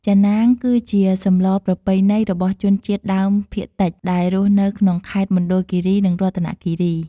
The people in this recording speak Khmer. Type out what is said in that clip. ចាណាងគឺជាសម្លប្រពៃណីរបស់ជនជាតិដើមភាគតិច ដែលរស់នៅក្នុងខេត្តមណ្ឌគិរីនិងរតនគិរី។